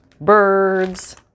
Birds